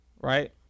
right